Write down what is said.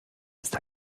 ist